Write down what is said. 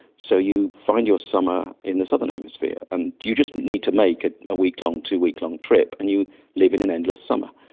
so you find your summer in the southern hemisphere, and you just need to make a ah week-long, two-week-long trip, and you live in an endless summer,